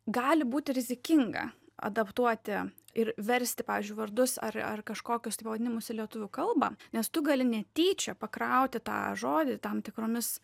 gali būti rizikinga adaptuoti ir versti pavyzdžiui vardus ar ar kažkokius tai pavadinimus į lietuvių kalbą nes tu gali netyčia pakrauti tą žodį tam tikromis